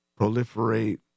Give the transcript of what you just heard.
proliferate